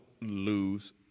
lose